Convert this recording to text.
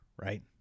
right